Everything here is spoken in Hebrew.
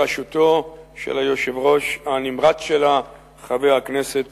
בראשותו של היושב-ראש הנמרץ שלה, חבר הכנסת